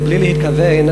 מבלי להתכוון,